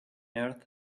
earth